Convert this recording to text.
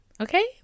Okay